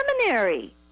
seminary